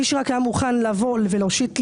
למי שרק היה מוכן לבוא ולהושיט יד,